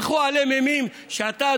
הילכו עליהם אימים שאתה,